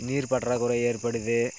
நீர் பற்றாக்குறை ஏற்படுது